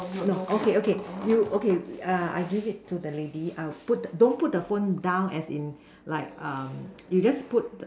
okay okay you okay err I give it to the lady I'll put don't put the phone down as in like um you just put